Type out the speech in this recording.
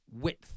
width